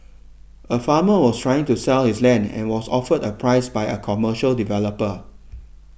a farmer was trying to sell his land and was offered a price by a commercial developer